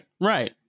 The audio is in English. Right